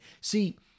See